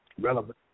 relevant